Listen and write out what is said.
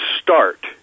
start